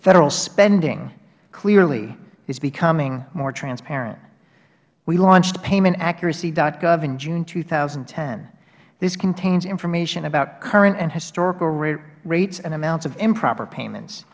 federal spending clearly is becoming more transparent we launched paymentaccuracy gov in june two thousand and ten this contains information about current and historical rates and amounts of improper payments